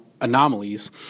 anomalies